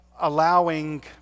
allowing